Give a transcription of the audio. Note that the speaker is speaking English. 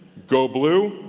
go blue,